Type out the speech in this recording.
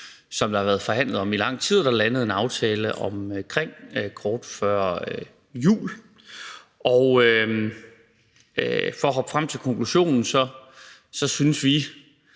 som der har været forhandlet om i lang tid, og som der blev landet en aftale om kort før jul. Og for at hoppe frem til konklusionen synes vi,